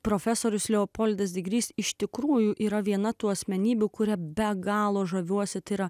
profesorius leopoldas digrys iš tikrųjų yra viena tų asmenybių kuria be galo žaviuosi tai yra